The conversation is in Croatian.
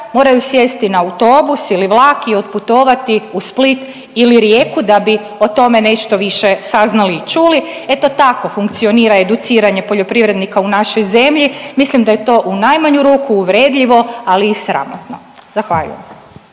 moraju sjesti na autobus ili vlak ili otputovati u Split ili Rijeku da bi o tome nešto više saznali čuli. Eto tako funkcionira educiranje poljoprivrednika u našoj zemlji. Mislim da je to najmanju ruku uvredljivo, ali i sramotno. Zahvaljujem.